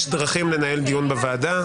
זה לא איזון --- יש דרכים לנהל דיון בוועדה.